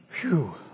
Phew